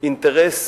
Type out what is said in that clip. זה אינטרס